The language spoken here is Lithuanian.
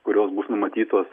kurios bus numatytos